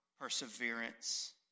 perseverance